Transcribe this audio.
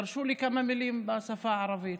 תרשו לי לומר כמה מילים בשפה הערבית.